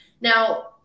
Now